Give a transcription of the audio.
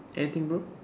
anything bro